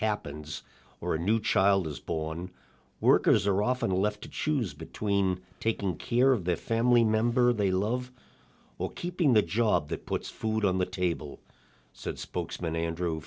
happens or a new child is born workers are often left to choose between taking care of the family member they love or keeping the job that puts food on the table spokesman andrew